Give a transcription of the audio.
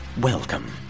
Welcome